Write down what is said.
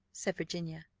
said virginia,